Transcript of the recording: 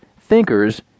thinkers